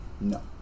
No